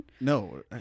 no